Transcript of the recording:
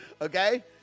Okay